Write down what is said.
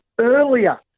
earlier